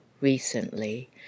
recently